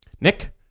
Nick